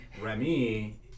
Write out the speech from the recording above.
remy